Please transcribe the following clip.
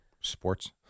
sports